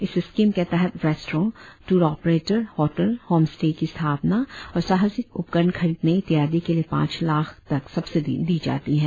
इस स्किम के तहत restro tour operator hotel home stay की स्थापना और साहसिक उपकरण खरीदने इत्यादी के लिए पांच लाख तक सब्सिडी दी जाती है